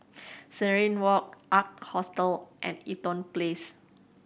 Serenade Walk Ark Hostel and Eaton Place